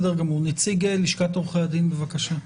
נציג לשכת עורכי הדין, בבקשה.